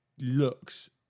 looks